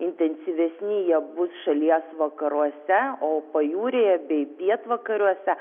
intensyvesni jie bus šalies vakaruose o pajūryje bei pietvakariuose